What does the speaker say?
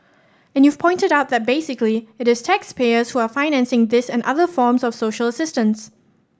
and you've pointed out that basically it is taxpayers who are financing this and other forms of social assistance